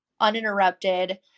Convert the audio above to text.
uninterrupted